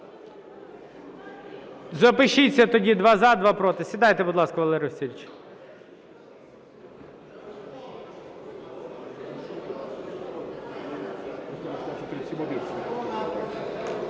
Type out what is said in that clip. Запишіться тоді: два – за, два – проти. Сідайте, будь ласка, Валерій Васильович.